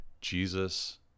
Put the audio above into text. Jesus